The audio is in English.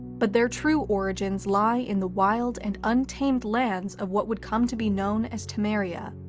but their true origins lie in the wild and untamed lands of what would come to be known as temeria.